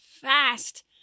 fast